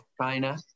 China